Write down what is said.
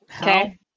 Okay